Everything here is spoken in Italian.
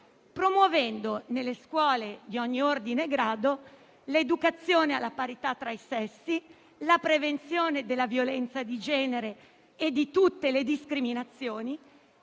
promuovendo nelle scuole di ogni ordine e grado l'educazione alla parità tra i sessi, la prevenzione della violenza di genere e di tutte le discriminazioni